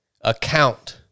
account